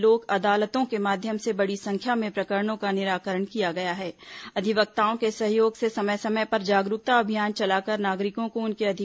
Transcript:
लोक अदालतों के माध्यम से बड़ी संख्या में प्रकरणों का निराकरण किया अधिवक्ताओं के सहयोग से समय समय पर जागरूकता अभियान चलाकर नागरिकों को उनके गया है